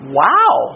wow